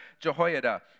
Jehoiada